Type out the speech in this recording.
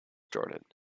jordan